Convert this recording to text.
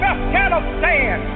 Afghanistan